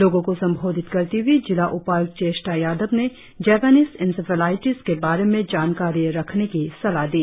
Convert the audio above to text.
लोगो को संबोधित करती हुई जिला उपायुक्त चेष्टा यादव ने जपानीस इंसेफेलाटिस के बारे में जानकारी रखने की सलाह दी